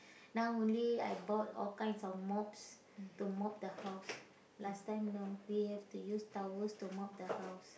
now only I bought all kinds of mops to mop the house last time no we have to use towels to mop the house